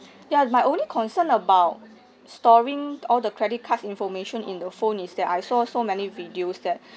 ya my only concern about storing all the credit cards information in the phone is that I saw so many videos that